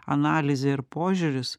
analizė ir požiūris